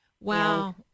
Wow